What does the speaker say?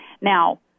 Now